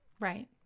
Right